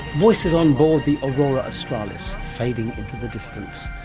voices on board the aurora australis fading into the distance.